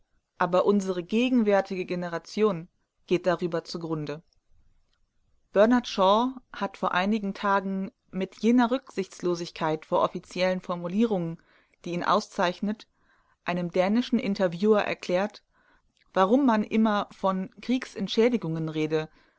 aber unsere gegenwärtige generation geht darüber zugrunde bernard shaw hat vor einigen tagen mit jener rücksichtslosigkeit vor offiziellen formulierungen die ihn auszeichnet einem dänischen interviewer erklärt warum man immer von kriegsentschädigungen rede